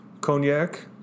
Cognac